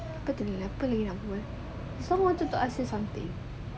apa tu apa lagi nak bual I still want to ask you something